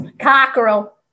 Cockerel